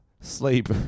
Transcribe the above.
Sleep